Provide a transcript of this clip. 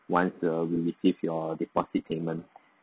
once err we received your deposit payment